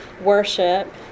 worship